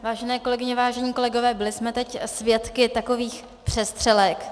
Vážené kolegyně, vážení kolegové, byli jsme teď svědky takových přestřelek.